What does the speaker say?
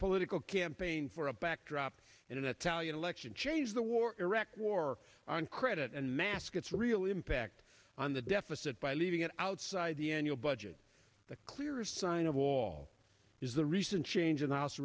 political campaign for a backdrop and italian election change the war in iraq war on credit and mask its real impact on the deficit by leaving it outside the annual budget the clearest sign of all is the recent change in the house